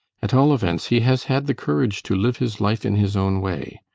at all events he has had the courage to live his life in his own way.